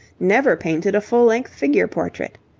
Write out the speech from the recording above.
never painted a full-length figure portrait.